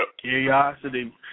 curiosity